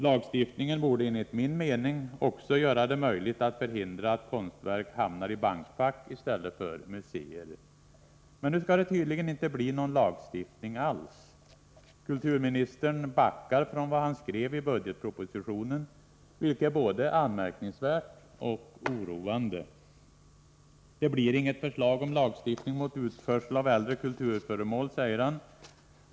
Lagstiftningen borde enligt min mening också göra det möjligt att förhindra att konstverk hamnar i bankfack i stället för på museer. Men nu skall det tydligen inte bli någon lagstiftning alls. Kulturministern backar från vad han skrev i budgetpropositionen, vilket är både anmärkningsvärt och oroande. Det blir inget förslag om lagstiftning mot utförsel av äldre kulturföremål, säger han.